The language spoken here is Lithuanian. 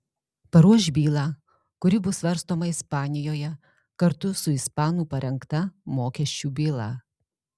paruoš bylą kuri bus svarstoma ispanijoje kartu su ispanų parengta mokesčių byla